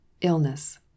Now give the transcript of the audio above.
Illness